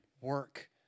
work